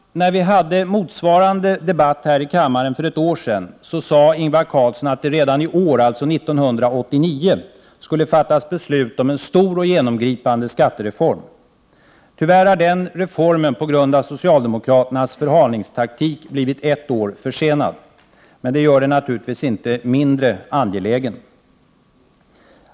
När vi hade en motsvarande debatt här i kammaren för ett år sedan sade Ingvar Carlsson att det redan i år, alltså 1989, skulle fattas beslut om en stor och genomgripande skattereform. Tyvärr har den reformen på grund av socialdemokraternas förhalningstaktik blivit ett år försenad. Men det gör den naturligtvis inte mindre angelägen.